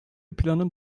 planın